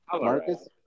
Marcus